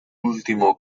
último